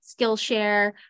Skillshare